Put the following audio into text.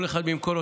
כל אחד ממקורותיו,